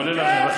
כולל ארנונה,